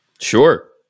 Sure